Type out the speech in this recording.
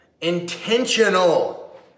intentional